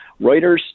Reuters